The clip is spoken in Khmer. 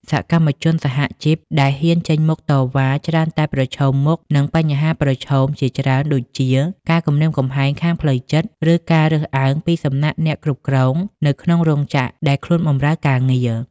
សកម្មជនសហជីពដែលហ៊ានចេញមុខតវ៉ា ច្រើនតែប្រឈមមុខនឹងបញ្ហាប្រឈមជាច្រើនដូចជា ការគំរាមកំហែងខាងផ្លូវចិត្ត ឬការរើសអើងពីសំណាក់អ្នកគ្រប់គ្រងនៅក្នុងរោងចក្រដែលខ្លួនបម្រើការងារ។